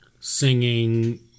singing